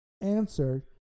Answer